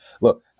look